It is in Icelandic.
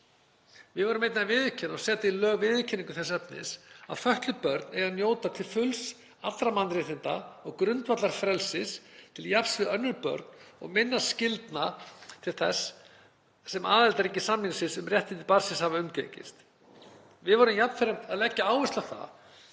Við værum einnig að viðurkenna og setja í lög viðurkenningu þess efnis að fötluð börn eigi að njóta til fulls allra mannréttinda og grundvallarfrelsis til jafns við önnur börn og minnast skyldna til þess sem aðildarríki samningsins um réttindi barnsins hafa undirgengist. Við værum jafnframt að leggja áherslu á